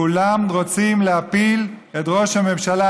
כולם רוצים להפיל את ראש הממשלה,